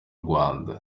rwanda